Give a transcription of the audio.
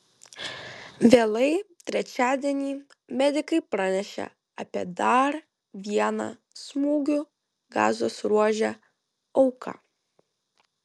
vėlai trečiadienį medikai pranešė apie dar vieną smūgių gazos ruože auką